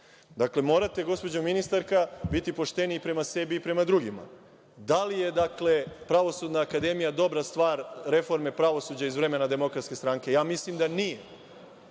morate gospođo ministarka biti pošteni prema sebi i prema drugima. Da li je Pravosudna akademija dobra stvar reforme pravosuđa iz vremena DS? Ja mislim da nije.